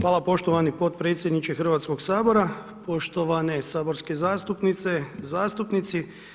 Hvala poštovani potpredsjedniče Hrvatskog sabora, poštovane saborske zastupnice, zastupnici.